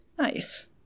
Nice